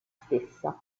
stessa